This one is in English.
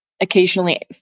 occasionally